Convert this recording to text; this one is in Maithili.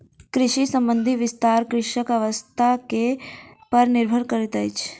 कृषि संबंधी विस्तार कृषकक आवश्यता पर निर्भर करैतअछि